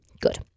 good